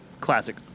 classic